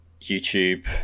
YouTube